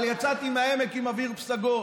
אבל יצאתי מהעמק עם אוויר פסגות,